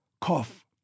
cough